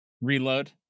Reload